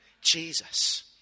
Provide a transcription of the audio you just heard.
Jesus